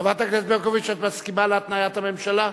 חברת הכנסת ברקוביץ, את מסכימה להתניית הממשלה?